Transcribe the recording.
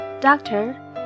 Doctor